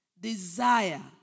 desire